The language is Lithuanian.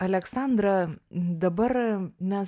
aleksandra dabar mes